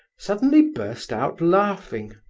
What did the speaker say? suddenly burst out laughing.